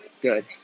good